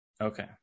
Okay